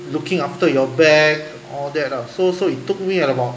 looking after your back all that ah so so it took me about